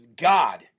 God